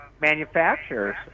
manufacturers